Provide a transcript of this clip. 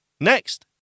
Next